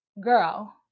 Girl